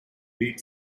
weed